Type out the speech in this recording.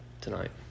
tonight